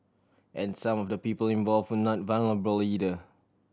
and some of the people involve would not vulnerable either